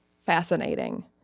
fascinating